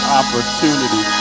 opportunity